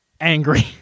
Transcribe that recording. angry